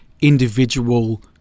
individual